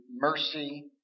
mercy